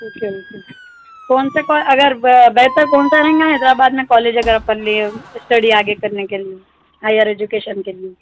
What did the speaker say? ٹھیک ہے اوکے کون سا کا اگر بہتر کون سا رہے گا حیدرآباد میں کالج اگر اپن لیے اسٹڈی آگے کرنے کے لیے ہائر ایجوکیشن کے لیے